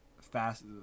fast